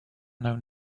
known